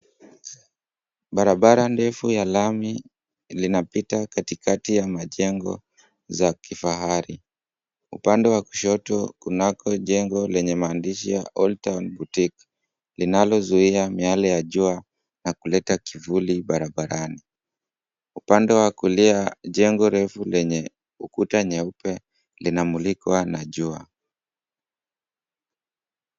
Barabara ndefu ya lami linapita katikati ya majego za kifahari. Upande wa kushoto kunako jengo lenye maandishi ya "OLD TOWN BOUTIQUE" linalozuia miale ya jua na kuleta kivuli barabarani. Upande wa kulia jengo refu lenye ukuta nyeupe linamulikwa na jua.